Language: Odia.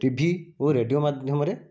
ଟିଭି ଓ ରେଡ଼ିଓ ମାଧ୍ୟମରେ